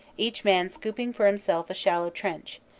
each man scooping for himself a shallow trench,